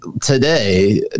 today